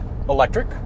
electric